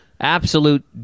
absolute